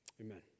Amen